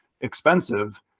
expensive